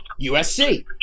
USC